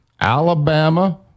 Alabama